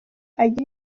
agira